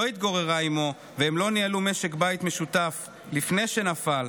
התגוררה איתו והם לא ניהלו משק בית משותף לפני שנפל,